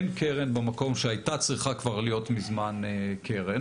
אין קרן במקום שהייתה צריכה כבר מזמן להיות קרן,